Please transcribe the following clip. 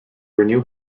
renew